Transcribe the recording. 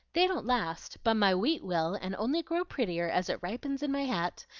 they don't last but my wheat will, and only grow prettier as it ripens in my hat,